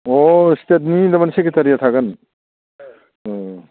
अह स्टेटनि सेक्रेटारिया थागोन